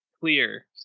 clear